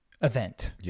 event